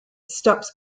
stops